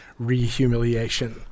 rehumiliation